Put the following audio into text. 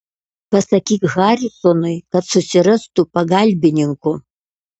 pasakyk harisonui kad susirastų pagalbininkų